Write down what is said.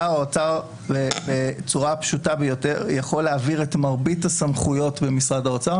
שר האוצר בצורה פשוטה ביותר יכול להעביר את מרבית הסמכויות במשרד האוצר,